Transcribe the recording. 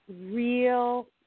real